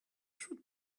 should